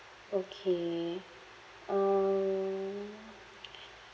okay um